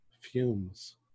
fumes